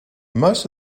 most